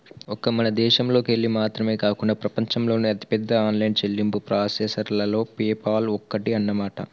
ఒక్క మన దేశంలోకెళ్ళి మాత్రమే కాకుండా ప్రపంచంలోని అతిపెద్ద ఆన్లైన్ చెల్లింపు ప్రాసెసర్లలో పేపాల్ ఒక్కటి అన్నమాట